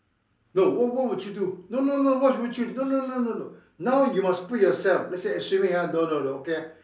no what what would you do no no no no what would you no no no no now you must put yourself let's say assuming ah no no okay ah